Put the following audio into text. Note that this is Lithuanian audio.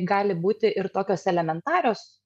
gali būti ir tokios elementarios